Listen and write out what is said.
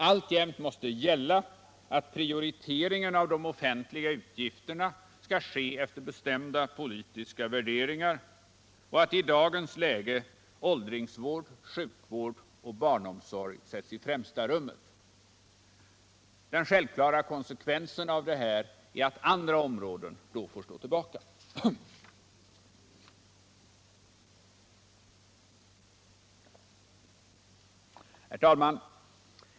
Alltjämt måste gälla att prioriteringen av de offentliga utgifterna skall ske efter bestämda politiska värderingar och att i dagens läge åldringsvård, sjukvård och barnomsorg sätts i främsta rummet. Den självklara konsekvensen av detta är att andra områden då får stå tillbaka. Herr talman!